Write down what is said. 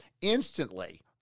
instantly